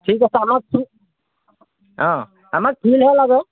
ঠিক আছে আমাৰ অঁ আমাক ফিলহে লাগে